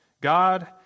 God